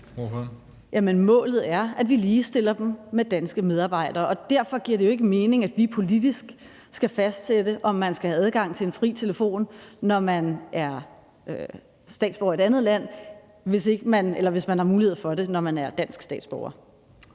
Vermund (NB): Målet er, at vi ligestiller dem med danske medarbejdere. Derfor giver det jo ikke mening, at vi politisk skal fastsætte, om man skal have adgang til fri telefon, når man er statsborger i et andet land, hvis man har mulighed for det, når man er dansk statsborger.